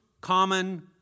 common